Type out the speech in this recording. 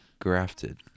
grafted